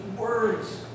words